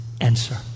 answer